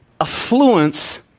affluence